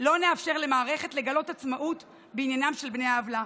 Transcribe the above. לא נאפשר למערכת לגלות עצמאות בעניינם של בני העוולה.